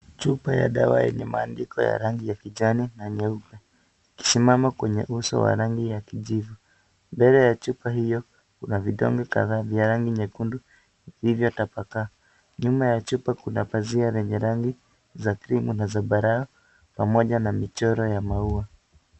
Chupa ya dawa yenye maandiko ya rangi ya kijani, na nyeupe, ikisimama kwenye uso wa rangi ya kijivu, ndani ya chupa hiyo, kuna vidonge kadhaa vya rangi nyekundu, vilivyo tapakaa, nyuma ya chupa kuna pazia lenye rangi, za krimu na za(cs)black(cs), pamoja na michoro ya maua.